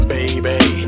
Baby